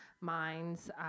minds